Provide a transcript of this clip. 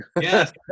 Yes